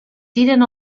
tiren